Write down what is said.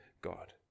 God